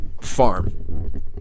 farm